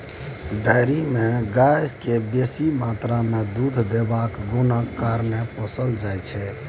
dairy मे गाय केँ बेसी मात्रा मे दुध देबाक गुणक कारणेँ पोसल जाइ छै